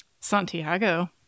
Santiago